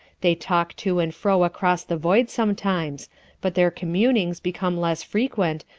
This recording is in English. they talk to and fro across the void sometimes but their communings become less frequent,